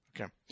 Okay